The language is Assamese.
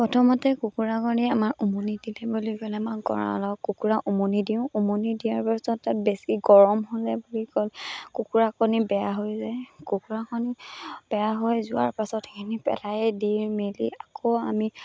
প্ৰথমতে কুকুৰা কণী আমাৰ উমনি দিলে বুলি ক'লে আমাৰ গঁৰালত কুকুৰা উমনি দিওঁ উমনি দিয়াৰ পাছত তাত বেছি গৰম হ'লে বুলি ক'লে কুকুৰা কণী বেয়া হৈ যায় কুকুৰা কণী বেয়া হৈ যোৱাৰ পাছত সেইখিনি পেলাই দি মেলি আকৌ আমি